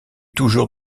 toujours